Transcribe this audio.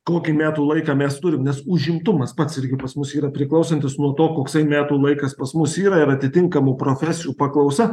kokį metų laiką mes turim nes užimtumas pats irgi pas mus yra priklausantis nuo to koksai metų laikas pas mus yra ir atitinkamų profesijų paklausa